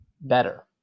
better